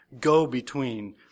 go-between